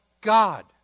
God